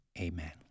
Amen